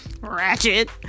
ratchet